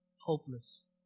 hopeless